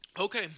Okay